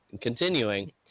Continuing